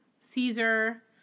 Caesar